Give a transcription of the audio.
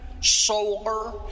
solar